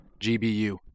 GBU